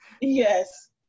Yes